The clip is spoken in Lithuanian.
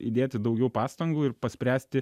įdėti daugiau pastangų ir paspręsti